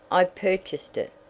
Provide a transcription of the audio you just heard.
i purchased it,